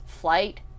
flight